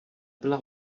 byla